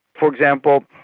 for example,